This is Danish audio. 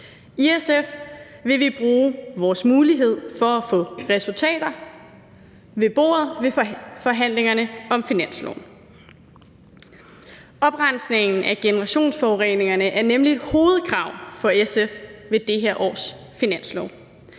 I SF vil vi bruge vores mulighed for at få resultater ved bordet ved forhandlingerne om finansloven. Oprensningen af generationsforureningerne er nemlig et hovedkrav fra SF ved det her års finanslov.